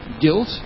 guilt